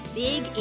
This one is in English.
big